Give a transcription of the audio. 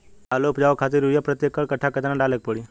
आलू उपजावे खातिर यूरिया प्रति एक कट्ठा केतना डाले के पड़ी?